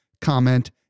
comment